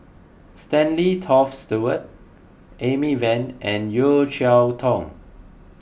Stanley Toft Stewart Amy Van and Yeo Cheow Tong